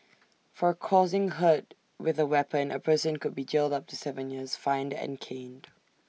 for causing hurt with A weapon A person could be jailed up to Seven years fined and caned